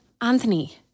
Anthony